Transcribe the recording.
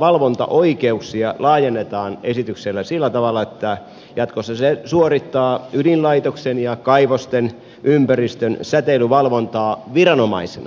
valvontaoikeuksia laajennetaan esityksellä sillä tavalla että jatkossa se suorittaa ydinlaitoksen ja kaivosten ympäristön säteilyvalvontaa viranomaisena